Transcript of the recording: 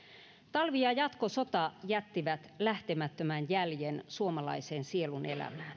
talvi ja ja jatkosota jättivät lähtemättömän jäljen suomalaiseen sielunelämään